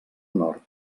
nord